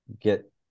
get